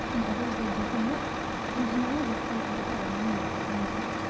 in others they differ much and analogous cases occur in many other genera.